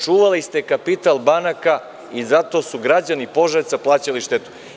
Čuvali ste kapital banaka i zato su građani Požarevca plaćali štetu.